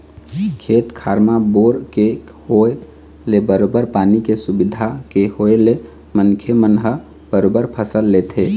खेत खार म बोर के होय ले बरोबर पानी के सुबिधा के होय ले मनखे मन ह बरोबर फसल लेथे